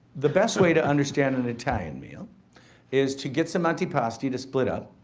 the best way to understand an italian meal is to get some antipasti to split up.